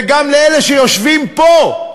וגם לאלה שיושבים פה.